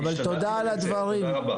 אבל תודה על הדברים.